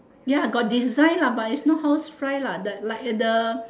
ya got design lah but is not housefly lah that like the